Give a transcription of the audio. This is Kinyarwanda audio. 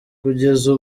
kugeza